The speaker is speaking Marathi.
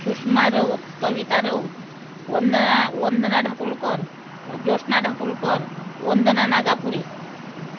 शुष्मा रऊत कविता रऊत वंदना वंदना ढाकुळकर ज्योत्स्ना ढाकुळकर वंदना नागापुरे